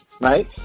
right